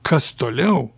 kas toliau